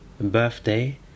birthday